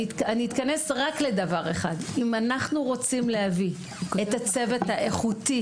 אתכנס רק לדבר אחד אם אנחנו רוצים להביא את הצוות האיכותי,